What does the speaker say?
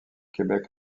québec